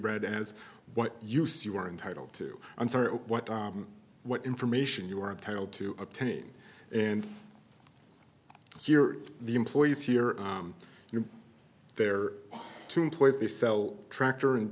read as what you say you are entitled to i'm sorry what i what information you are entitled to obtain and you're the employees here you're there to employees they sell tractor and